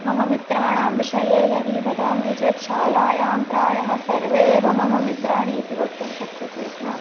मम मित्राणां विषये यदि वदामि चेत् शालायां प्रायः सर्वे एव मम मित्राणि इति वक्तुं शक्यते स्म